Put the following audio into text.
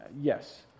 yes